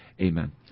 amen